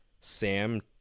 Sam